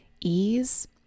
ease